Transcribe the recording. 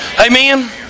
Amen